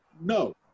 No